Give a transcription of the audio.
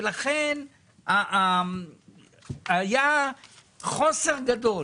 ולכן היה מחסור גדול